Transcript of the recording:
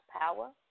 power